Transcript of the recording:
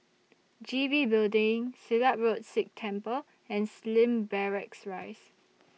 G B Building Silat Road Sikh Temple and Slim Barracks Rise